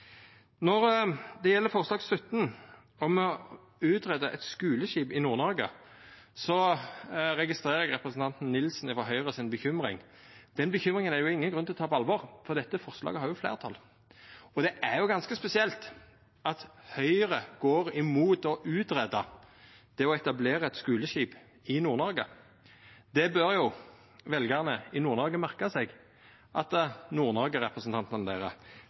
Når det gjeld forslag XVII, om å greia ut eit skuleskip i Nord-Noreg, registrerer eg bekymringa til representanten Nilsen frå Høgre. Den bekymringa er det ingen grunn til å ta på alvor, for dette forslaget har jo fleirtal. Det er ganske spesielt at Høgre går imot å greia ut det å etablera eit skuleskip i Nord-Noreg. Det bør veljarane i Nord-Noreg merka seg, at Nord-Noreg-representantane deira